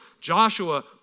Joshua